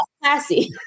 classy